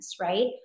right